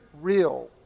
real